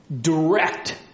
direct